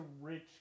rich